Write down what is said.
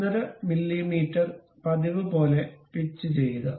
5 millimetre പതിവുപോലെ pitch ചെയ്യുക